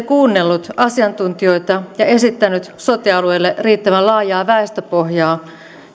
kuunnellut asiantuntijoita ja esittänyt sote alueille riittävän laajaa väestöpohjaa